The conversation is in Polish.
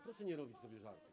Proszę nie robić sobie żartów.